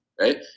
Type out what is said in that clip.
Right